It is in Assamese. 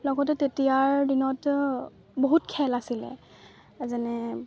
লগতে তেতিয়াৰ দিনত বহুত খেল আছিলে যেনে